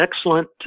excellent